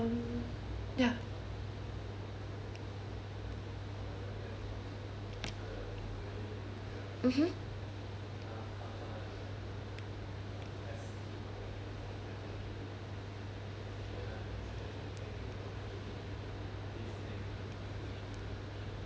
ya mmhmm ah